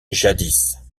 jadis